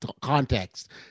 context